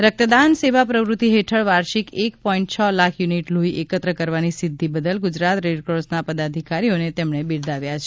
રક્તદાન સેવા પ્રવૃત્તિ હેઠળ વાર્ષિક એક પોઇન્ટ છ લાખ યુનિટ લોહી એકત્ર કરવાની સિદ્ધિ બદલ ગુજરાત રેડક્રોસના પદાધિકારીઓને તેમણે બિરદાવ્યા છે